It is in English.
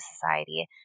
society